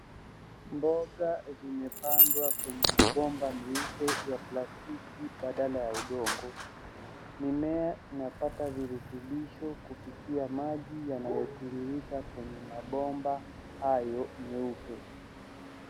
Mboga zimepandwa kwenye mabomba meupe ya plastiki badala ya udongo. Mimea inapata virutubisho kupitia maji yanayotiririka kwenye mabomba hayo meupe.